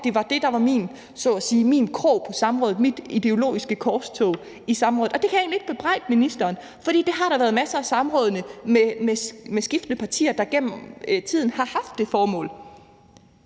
at det var det, der så at sige var min krog – mit ideologiske korstog – i samrådet. Og det kan jeg egentlig ikke bebrejde ministeren, for der har været masser af samråd med skiftende partier, der gennem tiden har haft det formål.